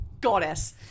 goddess